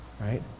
right